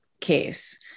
case